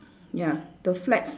ya the flags